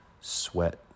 Sweat